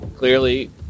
Clearly